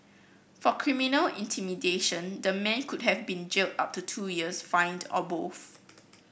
for criminal intimidation the man could have been jailed up to two years fined or both